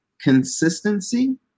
consistency